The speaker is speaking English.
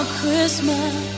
Christmas